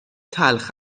تلخ